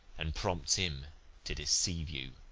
and prompts him to deceive you.